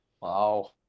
Wow